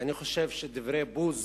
ואני חושב שדברי בוז